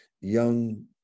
young